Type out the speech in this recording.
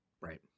right